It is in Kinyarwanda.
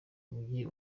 mujyi